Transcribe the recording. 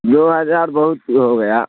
دو ہزار بہت ہو گیا